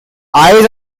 eyes